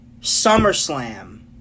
SummerSlam